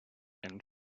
and